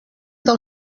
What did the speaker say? del